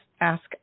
ask